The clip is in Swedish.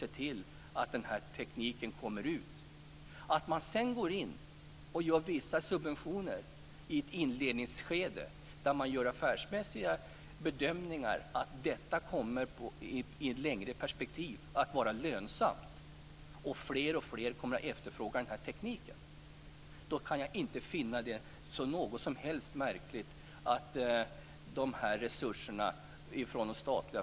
Jag finner det inte märkligt att resurserna från de statliga bolagen har ställts till förfoganden för att ge vissa subventioner i ett inledningsskede efter affärsmässiga bedömningar att detta kommer att vara lönsamt i ett längre perspektiv och att fler och fler kommer att efterfråga tekniken.